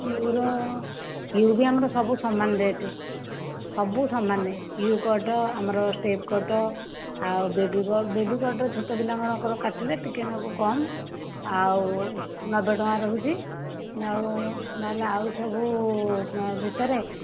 you ର U ବି ଆମର ସବୁ ସମାନ ରେଟ୍ ସବୁ ସେମାନେ ୟୁ କଟ୍ ଆମର ଷ୍ଟେପ୍ କଟ୍ ଆଉ ବେବି କଟ୍ ବେବି କଟ୍ ଛୋଟ ପିଲାମାନଙ୍କର କାଟିଲେ ଟିକେ ନାକୁ କାମ ଆଉ ନବେ ଟଙ୍କା ରହୁଛି ଆଉ ନହେଲେ ଆଉ ସବୁ ଭିତରେ